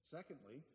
Secondly